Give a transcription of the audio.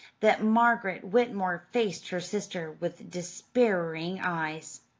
that margaret whitmore faced her sister with despairing eyes.